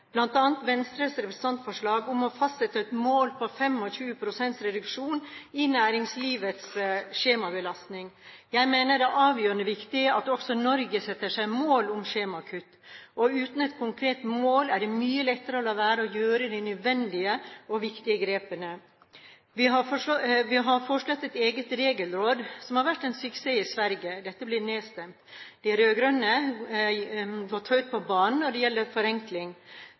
bl.a. Venstres representantforslag om å fastsette et mål på 25 pst. reduksjon i næringslivets skjemabelastning. Jeg mener det er avgjørende viktig at også Norge setter seg mål om skjemakutt. Uten et konkret mål er det mye lettere å la være å gjøre de nødvendige og viktige grepene. Vi har foreslått et eget regelråd, som har vært en suksess i Sverige. Dette ble nedstemt. De rød-grønne har gått høyt på banen når det gjelder forenkling.